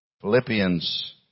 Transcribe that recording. Philippians